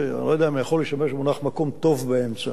אני לא יודע אם אני יכול להשתמש במונח "מקום טוב באמצע",